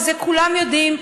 ואת זה כולם יודעים,